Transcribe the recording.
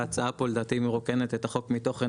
ההצעה פה לדעתי מרוקנת את החוק מתוכן